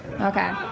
Okay